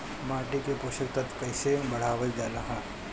माटी में पोषक तत्व कईसे बढ़ावल जाला ह?